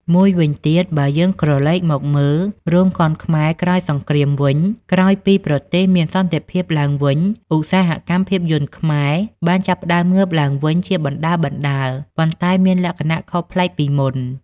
មួយវិញទៀតបើយើងក្រលេកមកមើល រោងកុនខ្មែរក្រោយសង្គ្រាមវិញម្តង ក្រោយពីប្រទេសមានសន្តិភាពឡើងវិញ ឧស្សាហកម្មភាពយន្តខ្មែរបានចាប់ផ្ដើមងើបឡើងវិញជាបណ្ដើរៗ ប៉ុន្តែមានលក្ខណៈខុសប្លែកពីមុន។